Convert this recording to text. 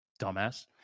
dumbass